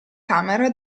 camera